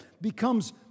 becomes